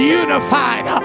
unified